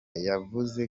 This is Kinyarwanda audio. yavuze